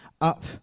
up